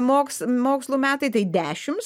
moks mokslų metai tai dešims